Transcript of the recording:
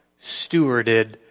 stewarded